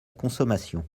consommation